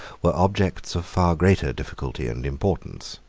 were objects of far greater difficulty and importance.